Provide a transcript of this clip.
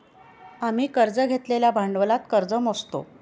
आम्ही कर्ज घेतलेल्या भांडवलात कर्ज मोजतो